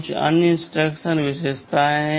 कुछ अन्य इंस्ट्रक्शन विशेषताएं हैं